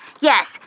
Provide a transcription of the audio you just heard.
Yes